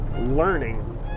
learning